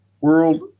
world